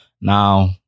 Now